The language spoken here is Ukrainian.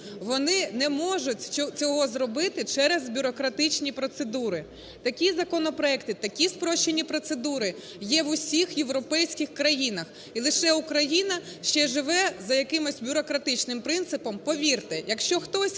вони не можуть цього зробити через бюрократичні процедури. Такі законопроекти, такі спрощені процедури є в усіх європейських країнах. І лише Україна ще живе за якимось бюрократичним принципом. Повірте, якщо хтось